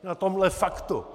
Na tomhle faktu?